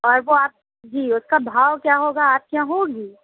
اور وہ آپ جی اُس کا بھاؤ کیا ہوگا آپ کے یہاں ہوگی